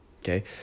Okay